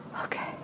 okay